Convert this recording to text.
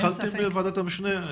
התחלתם בוועדת המשנה?